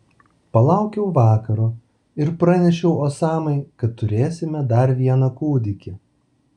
palaukiau vakaro ir pranešiau osamai kad turėsime dar vieną kūdikį